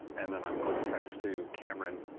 and then i'm going to text to cameron,